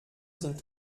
sind